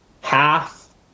half